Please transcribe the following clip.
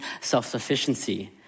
self-sufficiency